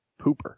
pooper